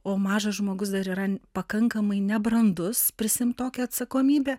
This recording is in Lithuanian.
o mažas žmogus dar yra pakankamai nebrandus prisiimt tokią atsakomybę